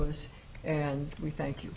us and we thank you